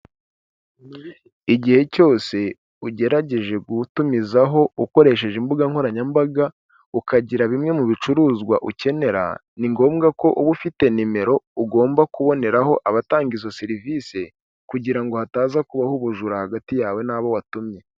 Igihe cyose ugerageje gutumizaho ukoresheje imbuga nkoranyambaga ukagira bimwe mu bicuruzwa ukenera ni ngombwa ko uba ufite nimero ugomba kuboneraho abatanga izo serivisi kugira ngo hataza kubaho ubujura hagati yawe n'abo watumye.